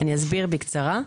אסביר בקצרה: